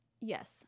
yes